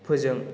फोजों